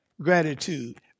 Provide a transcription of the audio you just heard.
gratitude